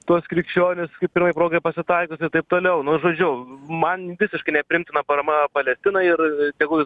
tuos krikščionis kaip pirmai progai pasitaikius ir taip toliau nu žodžiu man visiškai nepriimtina parama palestinai ir tegul